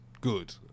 good